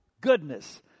goodness